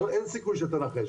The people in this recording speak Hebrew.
אין סיכוי שתנחש,